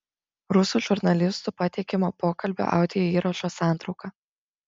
rusų žurnalistų pateikiamo pokalbio audio įrašo santrauka